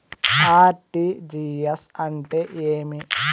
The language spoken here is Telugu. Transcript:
ఆర్.టి.జి.ఎస్ అంటే ఏమి?